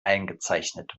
eingezeichnet